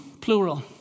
plural